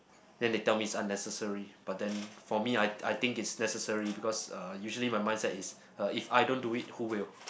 then they tell me it's unnecessary but then for me I I think it's necessary because uh usually my mindset is uh if I don't do it who will